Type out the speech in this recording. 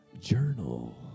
Journal